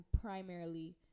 primarily